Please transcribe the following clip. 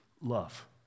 love